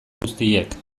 guztiek